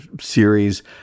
series